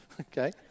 okay